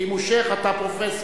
אם הוא שיח', אתה פרופסור.